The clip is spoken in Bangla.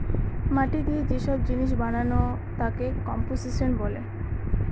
মাটি দিয়ে যে সব জিনিস বানানো তাকে কম্পোসিশন বলে